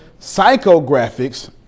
Psychographics